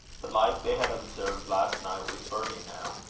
the light they had observed last night, was burning now.